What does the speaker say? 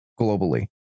globally